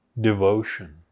devotion